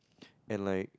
and like